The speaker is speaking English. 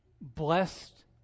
blessed